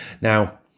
Now